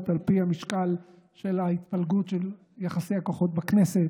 על פי המשקל של ההתפלגות של יחסי הכוחות בכנסת,